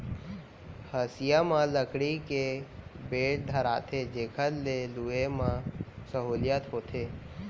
हँसिया म लकड़ी के बेंट धराथें जेकर ले लुए म सहोंलियत होथे